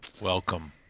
Welcome